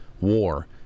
war